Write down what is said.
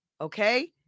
Okay